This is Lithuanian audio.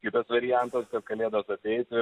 kitas variantas kad kalėdos ateitų